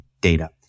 data